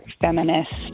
feminist